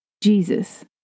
Jesus